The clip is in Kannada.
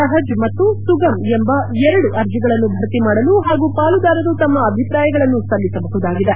ಸಹಜ್ ಮತ್ತು ಸುಗಮ್ ಎಂಬ ಎರಡು ಅರ್ಜಿಗಳನ್ನು ಭರ್ತಿ ಮಾಡಲು ಹಾಗೂ ಪಾಲುದಾರರು ತಮ್ನ ಅಭಿಪ್ರಾಯಗಳನ್ನು ಸಲ್ಲಿಸಬಹುದಾಗಿದೆ